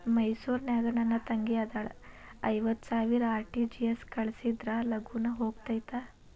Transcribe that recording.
ಮೈಸೂರ್ ನಾಗ ನನ್ ತಂಗಿ ಅದಾಳ ಐವತ್ ಸಾವಿರ ಆರ್.ಟಿ.ಜಿ.ಎಸ್ ಕಳ್ಸಿದ್ರಾ ಲಗೂನ ಹೋಗತೈತ?